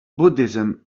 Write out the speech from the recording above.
buddhism